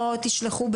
אצלכם.